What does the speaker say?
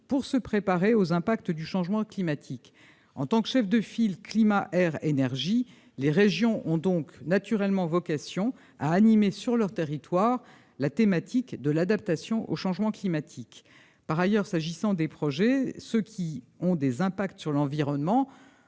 pour se préparer aux impacts du changement climatique. En tant que chefs de file climat-air-énergie, les régions ont naturellement vocation à animer, sur leur territoire, la thématique de l'adaptation au changement climatique. Par ailleurs, s'agissant des projets, ceux qui ont des impacts sur l'environnement